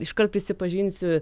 iškart prisipažinsiu